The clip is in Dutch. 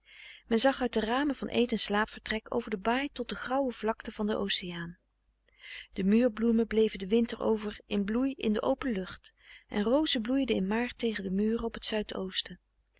men zag uit de ramen van eet en slaapvertrek over de baai tot de grauwe vlakte van den oceaan de muur bloemen bleven den winter over in bloei in de open lucht en rozen bloeiden in maart tegen de muren op t zuid-oosten